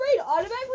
automatically